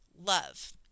love